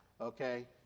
okay